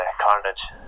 carnage